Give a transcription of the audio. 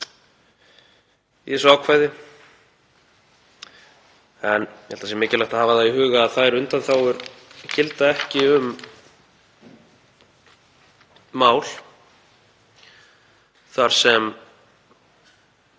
í þessu ákvæði, en ég held að mikilvægt sé að hafa í huga að þær undanþágur gilda ekki um mál þar sem